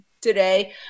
today